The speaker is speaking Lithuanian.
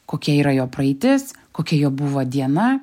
kokia yra jo praeitis kokia jo buvo diena